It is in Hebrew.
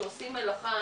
שעושים מלאכה,